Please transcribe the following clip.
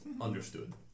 Understood